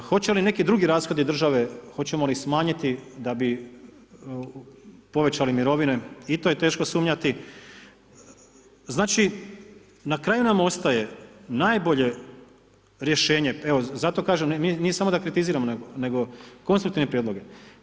Hoće li neki drugi rashodi države, hoćemo li ih smanjiti da bi povećali mirovine i to je teško sumnjati, znači na kraju nam ostaje najbolje rješenje, evo zato kažem nije samo da kritiziramo, nego konstruktivni prijedlogi.